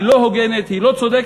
היא לא הוגנת והיא לא צודקת,